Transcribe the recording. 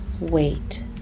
wait